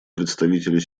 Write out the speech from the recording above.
представителю